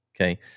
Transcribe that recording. Okay